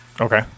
Okay